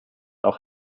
auch